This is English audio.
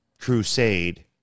crusade